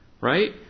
right